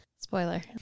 spoiler